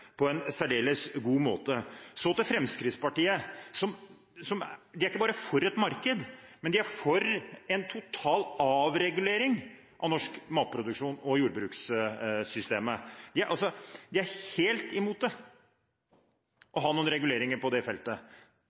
på en særdeles god måte. Så til Fremskrittspartiet. De er ikke bare for et marked, men de er for en total avregulering av norsk matproduksjon og jordbrukssystemet. De er helt imot å ha noen reguleringer på det feltet.